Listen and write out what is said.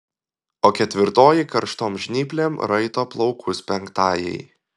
o ketvirtoji karštom žnyplėm raito plaukus penktajai